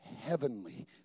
heavenly